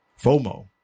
FOMO